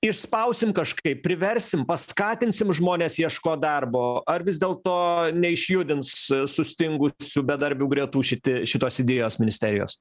išspausim kažkaip priversim paskatinsim žmones ieškot darbo ar vis dėl to neišjudins sustingusių bedarbių gretų šiti šitos idėjos ministerijos